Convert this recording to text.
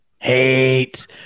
Hate